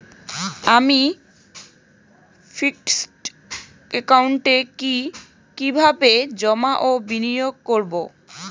আমি ফিক্সড একাউন্টে কি কিভাবে জমা ও বিনিয়োগ করব?